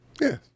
Yes